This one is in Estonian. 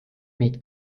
meid